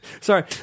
sorry